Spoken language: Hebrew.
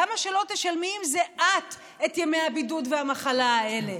למה שאת לא תשלמי עם זה את ימי הבידוד והמחלה האלה?